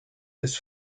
des